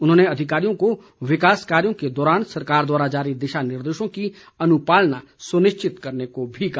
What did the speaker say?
उन्होंने अधिकारियों को विकास कार्यों के दौरान सरकार द्वारा जारी दिशा निर्देशों की अन्पालना सुनिश्चित करने को भी कहा